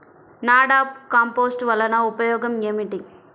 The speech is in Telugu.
నాడాప్ కంపోస్ట్ వలన ఉపయోగం ఏమిటి?